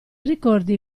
ricordi